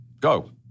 Go